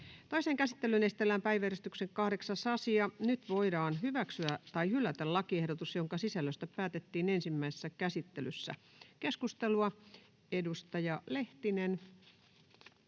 Toiseen käsittelyyn esitellään päiväjärjestyksen 8. asia. Nyt voidaan hyväksyä tai hylätä lakiehdotus, jonka sisällöstä päätettiin ensimmäisessä käsittelyssä. — Keskustelua, edustaja Lehtinen.